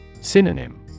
Synonym